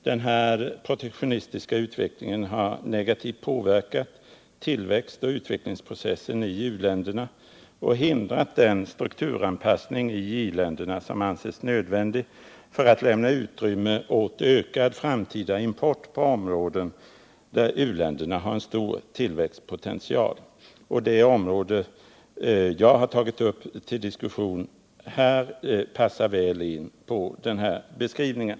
Denna protektionistiska utveckling har negativt påverkat tillväxtoch utvecklingsprocessen i u-länderna och hindrat den strukturanpassning i i-länderna som anses nödvändig för att lämna utrymme åt ökad framtida import på områden där u-länderna har stor Nr 159 tillväxtpotential. Det område som jag har tagit upp till diskussion här passar Tisdagen den väl in på den beskrivningen.